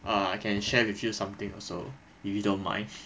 ah I can share with you something also if you don't mind